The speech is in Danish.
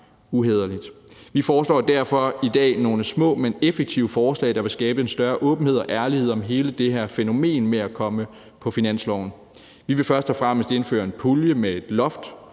uhæderligt. Vi foreslår derfor i dag nogle små, men effektive forslag, der vil skabe en større åbenhed og ærlighed om hele det her fænomen med at komme på finansloven. Vi vil først og fremmest indføre en pulje med et loft.